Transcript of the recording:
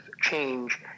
change